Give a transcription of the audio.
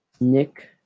Nick